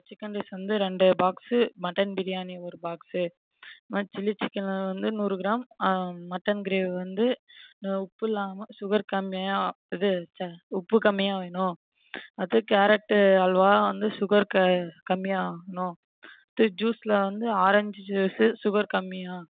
chicken rice வந்து ரெண்டு box mutton biryani ஒரு பாக்ஸு இந்மாரி சில்லி சிக்கன் வந்து நூறு கிராம் மட்டன் கிரேவி வந்து உப்பு இல்லாமல் சுகர் கம்மியாக இது ச்ச உப்பு கம்மியாக வேணும் அதுக்கு கேரட்டு அல்வா வந்து சுகர் க கம்மியாக வேணும் அடுத்து ஜூஸில் வந்து ஆரேஞ்ச் ஜூஸு சுகர் கம்மியாக